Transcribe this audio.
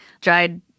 dried